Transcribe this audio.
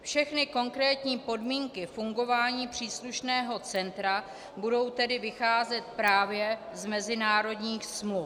Všechny konkrétní podmínky fungování příslušného centra budou tedy vycházet právě z mezinárodních smluv.